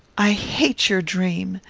i hate your dream.